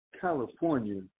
California